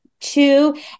Two